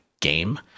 game